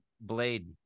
Blade